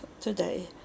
today